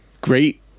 great